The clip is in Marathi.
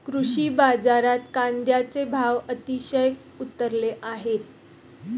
कृषी बाजारात कांद्याचे भाव अतिशय उतरले आहेत